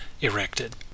erected